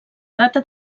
data